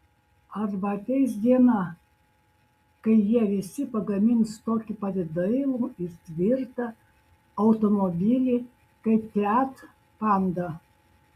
arba ateis diena kai jie visi pagamins tokį pat dailų ir tvirtą automobilį kaip fiat panda